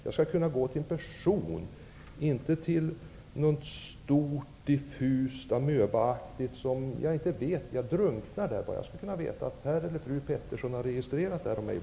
Jag skall kunna gå till en person, inte något stort diffust amöbaaktigt som jag inte vet vad det är. Där drunknar jag bara. Jag skall kunna veta att herr eller fru Petterson har registrerat detta om mig.